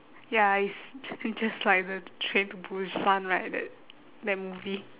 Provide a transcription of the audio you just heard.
ya it's j~ just like the train to busan right that that movie